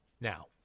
Now